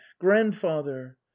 grandfather